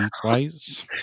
twice